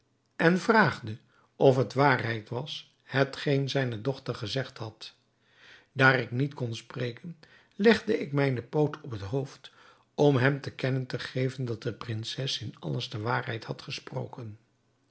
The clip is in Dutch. en vraagde of het waarheid was hetgeen zijne dochter gezegd had daar ik niet kon spreken legde ik mijn poot op het hoofd om hem te kennen te geven dat de prinses in alles de waarheid had gesproken